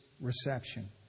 reception